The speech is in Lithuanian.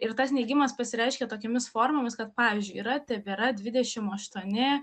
ir tas neigimas pasireiškia tokiomis formomis kad pavyzdžiui yra tebėra dvidešim aštuoni